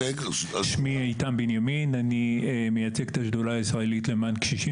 אני מייצג את השדולה הישראלית למען קשישים